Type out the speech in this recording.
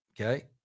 okay